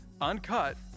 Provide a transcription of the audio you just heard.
uncut